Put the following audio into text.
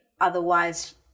Otherwise